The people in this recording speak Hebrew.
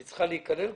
היא צריכה להיכלל כאן?